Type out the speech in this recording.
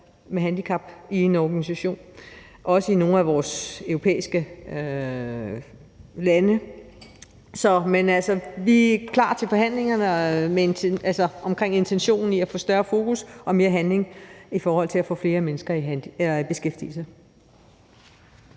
et handicap; det gør man i nogle af de andre europæiske lande. Så vi er altså klar til forhandlingerne om intentionen i at få større fokus på mere handling i forhold til at få flere mennesker med handicap i beskæftigelse.